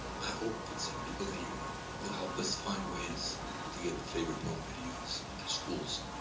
i hope that some people here will help us find ways to get the favorite poem videos into schools.